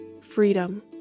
freedom